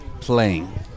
playing